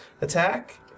attack